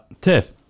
Tiff